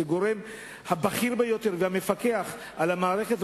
כגורם הבכיר ביותר והמפקח על המערכת,